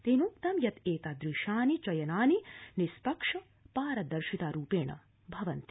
तेनोक्तं यत् एतादृशानि चयनानि निष्पक्ष पारदर्शिता रूपेण भवन्ति